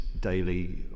daily